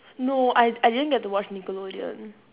no I I didn't get to watch nickelodeon